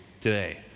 today